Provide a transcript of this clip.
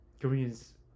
Koreans